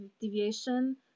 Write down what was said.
deviation